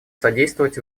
содействовать